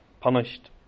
punished